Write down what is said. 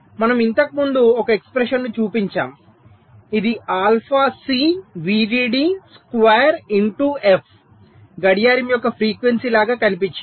మనము ఇంతకుముందు ఒక ఎక్స్ప్రెషన్ను చూపించాము ఇది ఆల్ఫా సి విడిడి స్క్వేర్ ఇంటూ ఎఫ్గడియారం యొక్క ఫ్రీక్వెన్సీ లాగా కనిపించింది